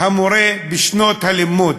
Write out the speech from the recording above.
המורה בשנות ההוראה.